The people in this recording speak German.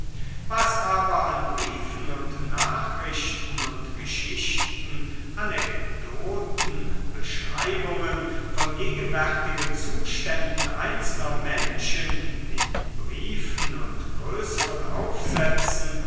was aber an briefen und nachrichten und geschichten anekdoten beschreibungen von gegenwärtigen zuständen einzelner menschen in briefen und größeren aufsätzen